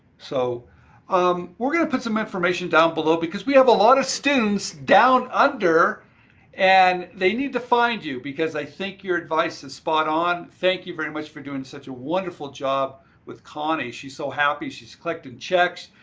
so um we're gonna put some information down below because we have a lot of students down under and they need to find you because i think your advice is spot on. thank you very much for doing such a wonderful job with connie. she's so happy, she's collecting checks.